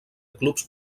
clubs